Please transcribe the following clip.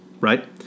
right